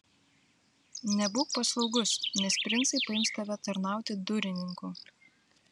nebūk paslaugus nes princai paims tave tarnauti durininku